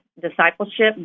discipleship